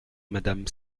madame